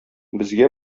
безгә